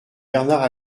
bernard